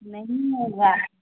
نہیں ہوگا